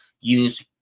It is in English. use